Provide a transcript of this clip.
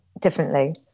differently